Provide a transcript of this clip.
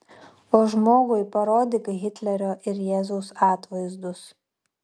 o žmogui parodyk hitlerio ir jėzaus atvaizdus